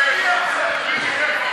עשר דקות,